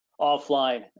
offline